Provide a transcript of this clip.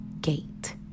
gate